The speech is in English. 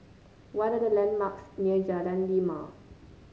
what are the landmarks near Jalan Lima